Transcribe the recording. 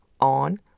on